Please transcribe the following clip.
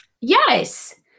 Yes